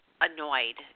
annoyed